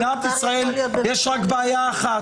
במדינת ישראל יש רק בעיה אחת: